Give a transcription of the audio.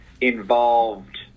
involved